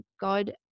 God